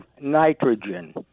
nitrogen